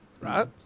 right